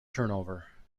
turnover